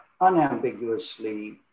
unambiguously